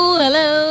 hello